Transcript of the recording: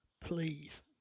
Please